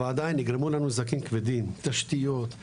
אבל עדיין נגרמו לנו נזקים כבדים: תשתיות,